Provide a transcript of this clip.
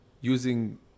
using